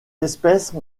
espèce